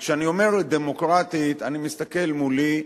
וכשאני אומר "דמוקרטית" אני מסתכל מולי,